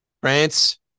France